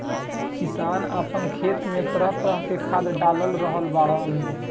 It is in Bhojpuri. किसान आपना खेत में तरह तरह के खाद डाल रहल बाड़न